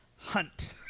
Hunt